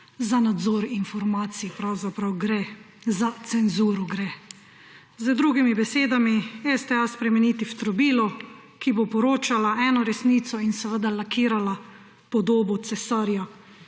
za nadzor informacij pravzaprav gre za cenzuro gre z drugimi besedami STA spremeniti v trobilo, ki bo poročala eno resnico in seveda lakirala podobo cesarja.